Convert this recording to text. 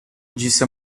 disse